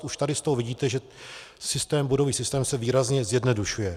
Už tady z toho vidíte, že bodový systém se výrazně zjednodušuje.